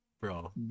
bro